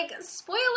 spoiler